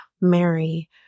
Mary